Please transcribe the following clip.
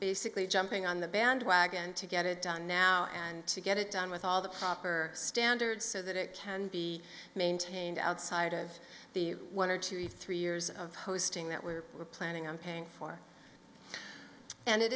basically jumping on the bandwagon to get it done now and to get it done with all the proper standards so that it can be maintained outside of the one or two three years of hosting that we're planning on paying for and it